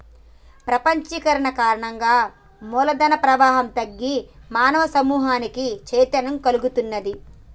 ప్రపంచీకరణ కారణంగా మూల ధన ప్రవాహం తగ్గి మానవ సమూహానికి చైతన్యం కల్గుతున్నాది